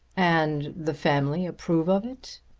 and the family approve of it?